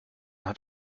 hat